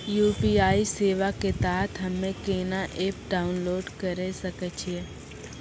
UPI सेवा के तहत हम्मे केना एप्प डाउनलोड करे सकय छियै?